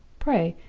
pray,